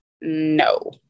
No